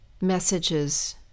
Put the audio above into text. messages